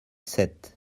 sept